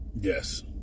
Yes